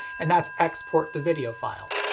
and that's export the video file.